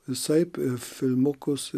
visaip filmukus